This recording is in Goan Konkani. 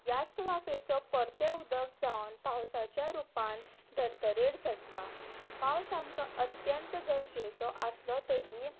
ह्याच वाफेचो परते उदक जावन पावसाच्या रुपान धर्तरेर झडटा पावस आमकां अत्यंत गरजेचो आसलो तरी